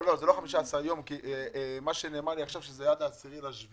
זה לא 15 יום, כי נאמר לי עכשיו שזה עד 10 ביולי.